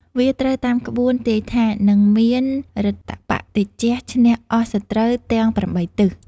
វាត្រូវតាមក្បួន ទាយថា នឹងមានឫទ្ធតបៈតេជះឈ្នះអស់សត្រូវទាំង ៨ ទិស "